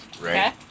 right